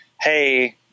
hey